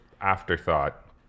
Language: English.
afterthought